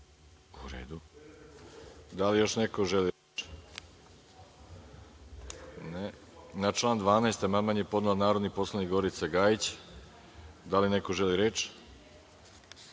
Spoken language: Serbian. U redu. Da li još neko želi reč? (Ne.)Na član 12. amandman je podnela narodni poslanik Gorica Gajić. Da li neko želi reč?